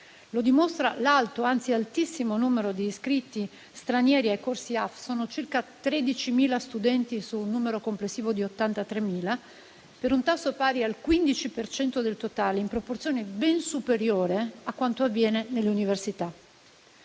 Lo dimostra l'altissimo numero di iscritti stranieri ai corsi AFS. Sono circa 13.000 studenti, su un numero complessivo di 83.000, per un tasso pari al 15 per cento del totale, in proporzione ben superiore a quanto avviene nelle università.